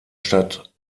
stadt